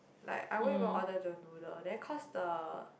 like I won't even order the noodles then cause the